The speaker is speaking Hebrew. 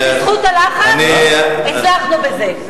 ובזכות הלחץ הצלחנו בזה.